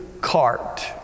cart